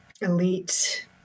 elite